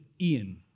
Ian